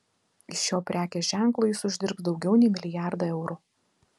iš šio prekės ženklo jis uždirbs daugiau nei milijardą eurų